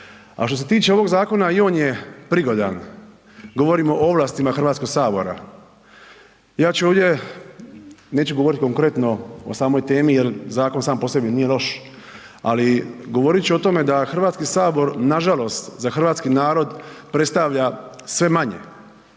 A što se tiče ovog zakona i on je prigodan. Govorimo o ovlastima HS-a. ja ću ovdje, neću govoriti konkretno o samoj temi jer zakon sam po sebi nije loš, ali govorit ću o tome da HS nažalost za hrvatski narod predstavlja sve manje.